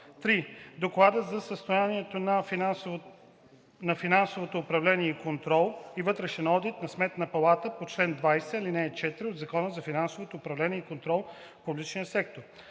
3. доклада за състоянието на финансовото управление и контрол и вътрешния одит на Сметната палата по чл. 20, ал. 4 от Закона за финансовото управление и контрол в публичния сектор;